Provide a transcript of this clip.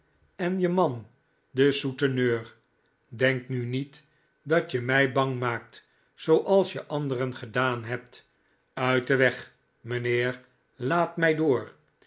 en je man de souteneur denk nu niet dat je mij bang maakt zooals je anderen gedaan hebt uit den weg mijnheer laat mij door